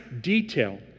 detail